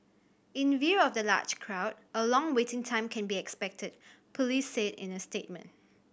in view of the large crowd a long waiting time can be expected police said in a statement